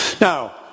Now